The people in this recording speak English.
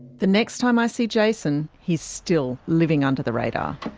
the next time i see jason, he is still living under the radar.